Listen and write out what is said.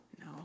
No